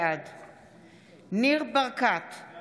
בעד ניר ברקת, בעד